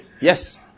Yes